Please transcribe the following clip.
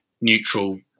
neutral